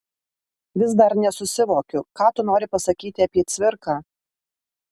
vis dar nesusivokiu ką tu nori pasakyti apie cvirką